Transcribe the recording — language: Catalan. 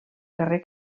carrer